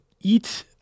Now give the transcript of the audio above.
eat